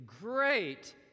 great